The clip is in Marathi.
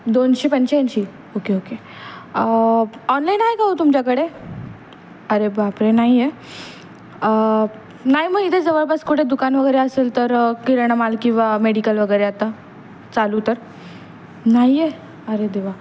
दोनशे पंच्याऐंशी ओके ओके ऑनलाईन आहे का हो तुमच्याकडे अरे बापरे नाही आहे नाही मग इथे जवळपास कुठे दुकान वगैरे असेल तर किराणामाल किंवा मेडिकल वगैरे आता चालू तर नाही आहे अरे देवा